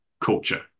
culture